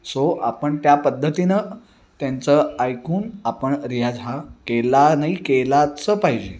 so आपण त्या पद्धतीनं त्यांचं ऐकून आपण रियाज हा केला नाही केलाच पाहिजे